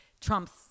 Trump's